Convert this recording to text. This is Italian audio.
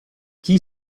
chi